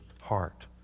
heart